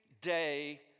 day